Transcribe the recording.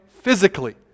Physically